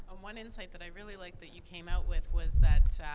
one insight that i really liked that you came out with was that,